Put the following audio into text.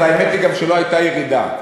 אז האמת היא שלא הייתה ירידה,